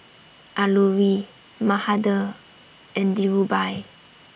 Alluri Mahade and Dhirubhai